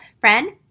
friend